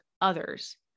others